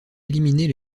éliminer